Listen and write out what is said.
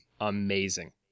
amazing